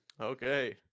Okay